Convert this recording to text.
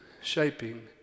shaping